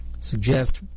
suggest